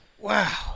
Wow